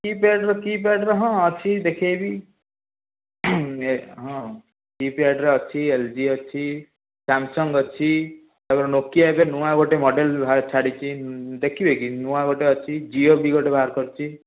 କୀ ପ୍ୟାଡ଼୍ର keypad ହଁ ଅଛି ଦେଖାଇବି ହଁ କୀ ପ୍ୟାଡ଼୍ର ଅଛି ଏଲ ଜି ଅଛି ସାମସଙ୍ଗ୍ ଅଛି ଏବେ ନୋକିଆ ଏବେ ନୂଆ ଗୋଟେ ମଡ଼େଲ୍ ଛାଡ଼ିଛି ଦେଖିବେକି ନୂଆ ଗୋଟେ ଅଛି ଜିଓ ବି ଗୋଟେ ବାହାରକରିଛି